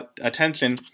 attention